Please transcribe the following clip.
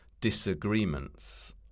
disagreements